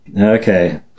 Okay